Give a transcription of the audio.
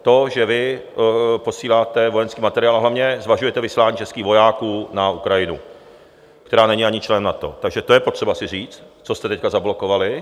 To, že vy posíláte vojenský materiál, ale hlavně zvažujete vyslání českých vojáků na Ukrajinu, která není ani člen NATO, takže to je potřeba si říct, co jste teď zablokovali.